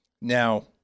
Now